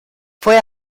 fue